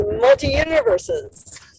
multi-universes